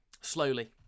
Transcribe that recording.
Slowly